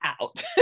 out